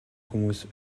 хүмүүс